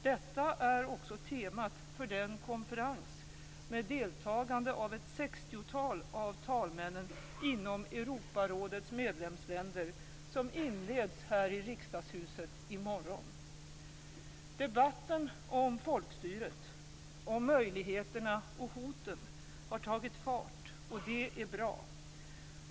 Detta är också temat för den konferens, med deltagande av ett sextiotal av talmännen inom Europarådets medlemsländer, som inleds här i Debatten om folkstyret, om möjligheterna och hoten, har tagit fart, och det är bra.